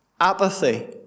Apathy